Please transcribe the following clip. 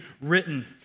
written